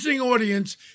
audience